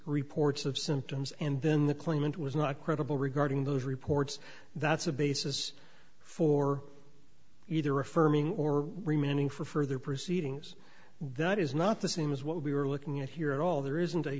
reports of symptoms and then the claimant was not credible regarding those reports that's a basis for either affirming or remaining for further proceedings that is not the same as what we were looking at here at all there isn't a